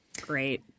Great